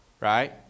right